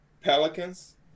Pelicans